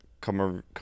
come